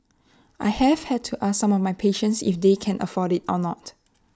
I have had to ask some of my patients if they can afford IT or not